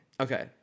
Okay